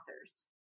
authors